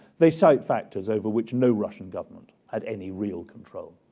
they cite factors over which no russian government had any real control.